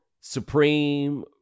Supreme